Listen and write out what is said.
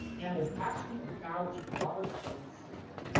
and it's actually about robert crumb's sister.